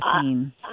scene